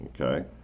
Okay